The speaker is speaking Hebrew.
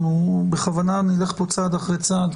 ובכוונה נלך צעד אחרי צעד,